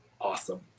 awesome